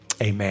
Amen